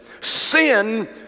Sin